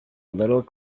little